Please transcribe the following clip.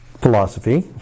philosophy